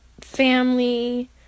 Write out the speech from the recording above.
family